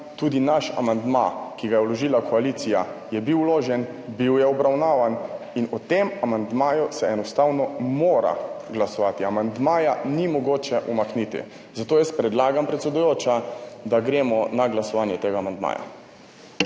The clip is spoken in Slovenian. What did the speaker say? Tudi naš amandma, ki ga je vložila koalicija, je bil vložen, bil je obravnavan in se o tem amandmaju enostavno mora glasovati. Amandmaja ni mogoče umakniti. Zato predlagam, predsedujoča, da gremo na glasovanje o tem amandmaju.